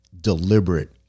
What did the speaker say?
deliberate